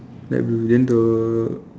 light blue then the